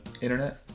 internet